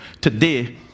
Today